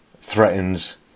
threatens